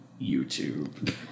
YouTube